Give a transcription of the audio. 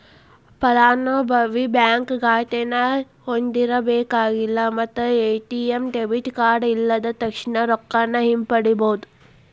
ಫಲಾನುಭವಿ ಬ್ಯಾಂಕ್ ಖಾತೆನ ಹೊಂದಿರಬೇಕಾಗಿಲ್ಲ ಮತ್ತ ಎ.ಟಿ.ಎಂ ಡೆಬಿಟ್ ಕಾರ್ಡ್ ಇಲ್ಲದ ತಕ್ಷಣಾ ರೊಕ್ಕಾನ ಹಿಂಪಡಿಬೋದ್